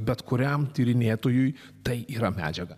bet kuriam tyrinėtojui tai yra medžiaga